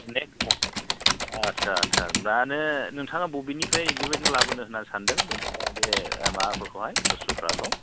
अनेक आच्चा आच्चा माने नोंथांङा बबेनिफ्राय बेबायदि लाबोनो होन्नानै सानदों जेनेबा बे माबाफोरखौहाय बुस्थुफोरखौ